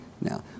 Now